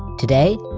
today,